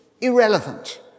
Irrelevant